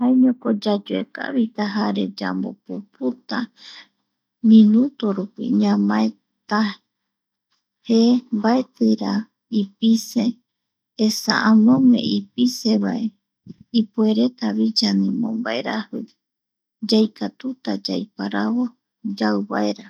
Jaeñoko yayoekavita, jare yambopupu iputurupi, ñamaeta je mbaetira ipise, esa amope ipise vae ipuereta yanemombaeraji yaikatuta yaiparavo yauvaera